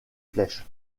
flèches